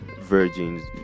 virgins